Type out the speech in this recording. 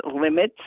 limits